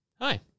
hi